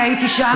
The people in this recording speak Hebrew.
אני הייתי שם,